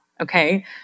Okay